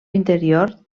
interior